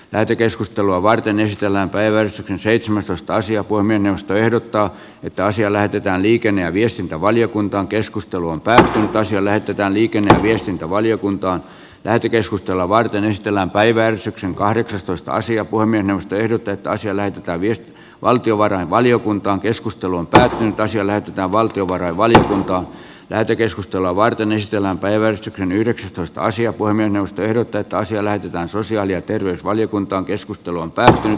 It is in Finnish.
lähetekeskustelua varten ystävänpäivän seitsemäntoista asia voi mennä ehdottaa että asia lähetetään liikenne ja viestintävaliokuntaan keskusteluun tähtäsi lähetetään liikenneviestintävaliokuntaan käyty keskustelua varten yhtenä päivänä kahdeksastoista sija poiminut ehdotetaan siellä kävi valtiovarainvaliokunta keskustelun pää pitäisi löytää valtiovarainvaliokunta lähetekeskustelua varten ystävänpäivä on yhdeksästoista sija voi minusta ehdotettaisi eläytyvän sosiaali ja terveysvaliokuntaan keskusteluun epätoivoiselta